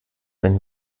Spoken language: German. wenn